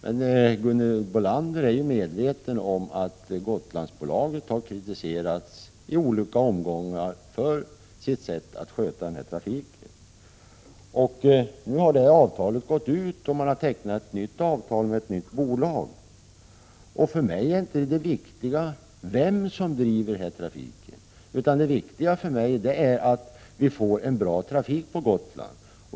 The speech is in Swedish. Gotlandsbolaget har i olika omgångar kritiserats för sitt sätt att sköta trafiken. Nu har avtalet gått ut, och man har tecknat nytt avtal med ett nytt bolag. För mig är det viktiga inte vem som driver trafiken utan att vi får en bra trafik på Gotland.